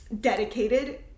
dedicated